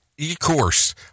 E-Course